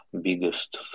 biggest